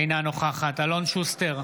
אינה נוכחת אלון שוסטר,